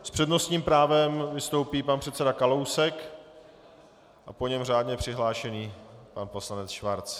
S přednostním právem vystoupí pan předseda Kalousek a po něm řádně přihlášený pan poslanec Schwarz.